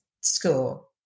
school